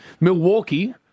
Milwaukee